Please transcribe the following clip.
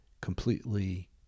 completely